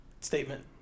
statement